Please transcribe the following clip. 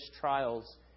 trials